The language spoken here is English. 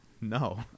No